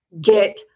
get